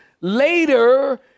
later